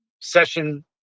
session